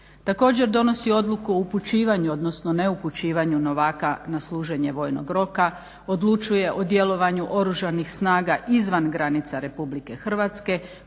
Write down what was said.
Također donosi odluku o upućivanju, odnosno neupućivanju novaka na služenje vojnog roka, odlučuje o djelovanju Oružanih snaga izvan granica Republike Hrvatske